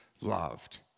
loved